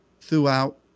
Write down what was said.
throughout